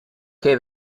che